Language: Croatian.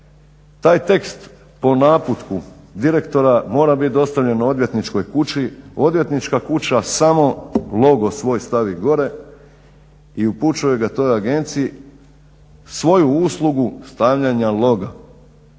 taj tekst po naputku direktora mora biti dostavljen odvjetničkoj kući, odvjetnička kuća samo logo svoj stavi gore i upućuje ga toj agenciji, svoju uslugu stavljanja logo-a,